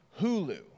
Hulu